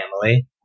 family